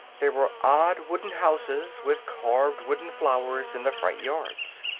there were odd wooden houses, with carved wooden flowers in the front yards.